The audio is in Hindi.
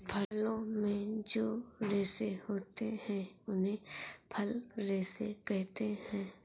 फलों में जो रेशे होते हैं उन्हें फल रेशे कहते है